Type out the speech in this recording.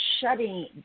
shutting